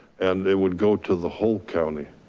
and they would go to the whole county.